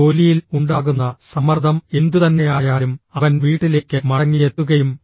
ജോലിയിൽ ഉണ്ടാകുന്ന സമ്മർദ്ദം എന്തുതന്നെയായാലും അവൻ വീട്ടിലേക്ക് മടങ്ങിയെത്തുകയും ടി